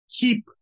keep